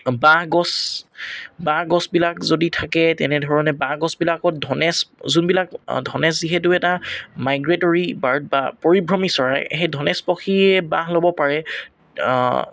বাঁহগছ বাঁহগছবিলাক যদি থাকে তেনেধৰণে বাঁহগছবিলাকত ধনেশ যোনবিলাক ধনেশ যিহেতু এটা মাইগ্ৰেটৰী বাৰ্ড বা পৰিভ্ৰমী চৰাই সেই ধনেশ পক্ষীয়ে বাঁহ ল'ব পাৰে